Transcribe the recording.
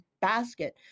basket